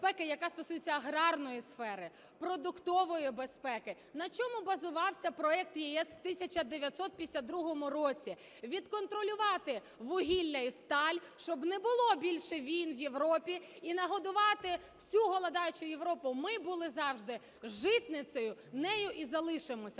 яка стосується і аграрної сфери, продуктової безпеки. На чому базувався проект ЄС в 1952 році? Відконтролювати вугілля і сталь, щоб не було більше війн в Європі і нагодувати всю голодуючу Європу. Ми були завжди житницею, нею і залишимося.